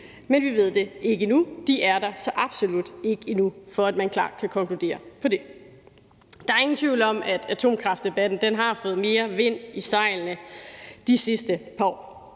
men vi ved det ikke endnu. De er der så absolut ikke endnu, i forhold til at man klart kan konkludere på det. Der er ingen tvivl om, at atomkraftdebatten har fået mere vind i sejlene de sidste par år,